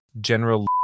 general